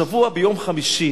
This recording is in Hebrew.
השבוע ביום חמישי